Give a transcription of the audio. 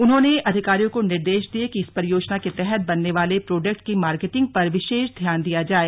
उन्होंने अधिकारियों को निर्देश दिए कि इस परियोजना के तहत बनने वाले प्रोडक्ट की मार्केटिंग पर विशेष ध्यान दिया जाय